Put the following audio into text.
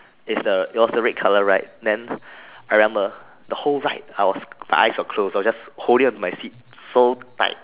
is the it was the red color ride then I remember the whole ride I was my eyes were closed I were just holding onto my seat so tight